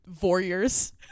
warriors